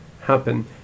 happen